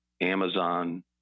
Amazon